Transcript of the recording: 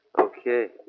Okay